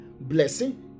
blessing